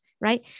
right